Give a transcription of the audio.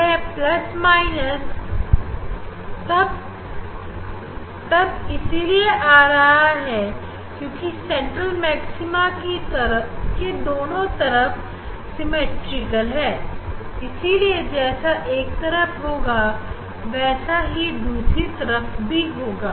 यह plus minus तब इसीलिए आ रही है क्योंकि सेंट्रल मैक्सिमा की दोनों तरफ सिमिट्रिकल है इसीलिए जैसा एक तरफ होगा वैसा ही दूसरी तरफ भी होगा